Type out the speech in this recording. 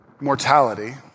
mortality